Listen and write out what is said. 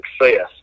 success